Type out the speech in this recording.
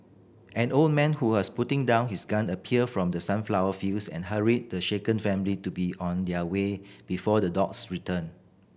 an old man who was putting down his gun appeared from the sunflower fields and hurried the shaken family to be on their way before the dogs return